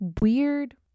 weird